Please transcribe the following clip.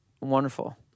wonderful